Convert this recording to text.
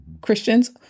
Christians